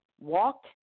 walk